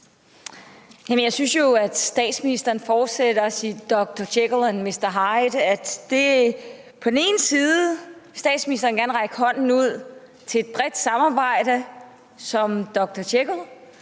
Jeg synes, at statsministeren fortsætter sit Dr. Jekyll og Mr. Hyde. På den ene side vil statsministeren gerne række hånden ud til et bredt samarbejde som Dr. Jekyll,